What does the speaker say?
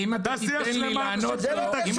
תעשייה שלמה, אנשים ---,